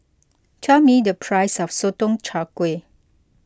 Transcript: tell me the price of Sotong Char Kway